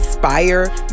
inspire